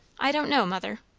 i don't know, mother.